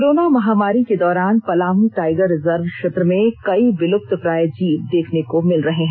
corona महामारी के दौरान पलामू टाइगर रिजर्व क्षेत्र में कई विलुप्तप्राय जीव देखने को मिल रहे हैं